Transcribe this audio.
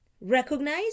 recognize